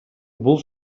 бул